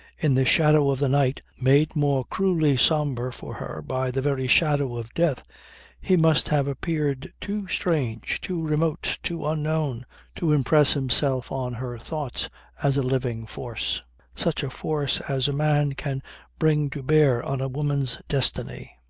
in the shadow of the night made more cruelly sombre for her by the very shadow of death he must have appeared too strange, too remote, too unknown to impress himself on her thought as a living force such a force as a man can bring to bear on a woman's destiny.